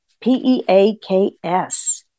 P-E-A-K-S